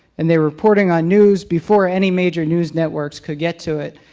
and they were reporting on news before any major news networks could get to it.